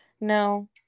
No